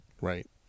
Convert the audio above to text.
Right